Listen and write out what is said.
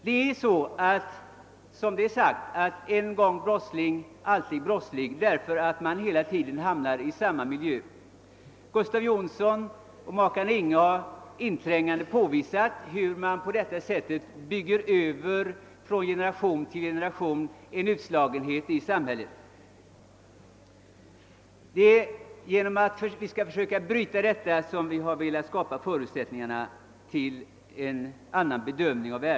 Det har sagts att »en gång brottsling, alltid brottsling», därför att man hela tiden hamnar i samma miljö. Gustav Jonsson och makarna Inghe har påvisat hur utslagenheten i samhället bygger vidare från generation till generation. Vi har velat skapa förutsättningar för en annan bedömning för att försöka bryta denna trista utveckling.